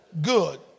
good